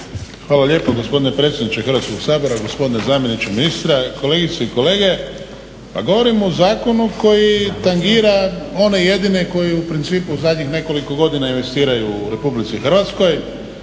Hvala lijepo gospodine predsjedniče Hrvatskoga sabora, gospodine zamjeniče ministra, kolegice i kolege. Pa govorimo o zakonu koji tangira one jedine koji u principu u zadnjih nekoliko godina investiraju u Republici Hrvatskoj,